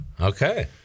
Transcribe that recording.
Okay